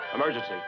Emergency